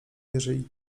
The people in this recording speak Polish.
jeżeli